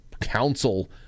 council